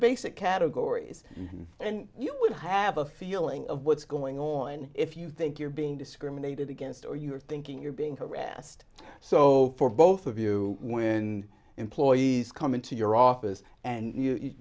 basic categories and you would have a feeling of what's going on if you think you're being discriminated against or you're thinking you're being harassed so for both of you when employees come into your office and you